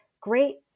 great